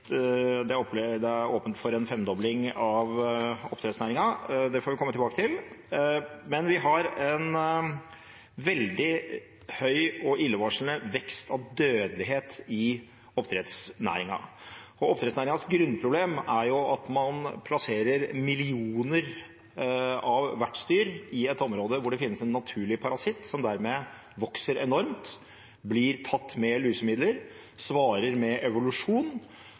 komme tilbake til. Vi har en veldig høy og illevarslende vekst av dødelighet i oppdrettsnæringen, og oppdrettsnæringens grunnproblem er at man plasserer millioner av vertsdyr i et område hvor det finnes en naturlig parasitt som dermed vokser enormt, blir tatt med lusemidler og svarer med evolusjon,